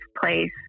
place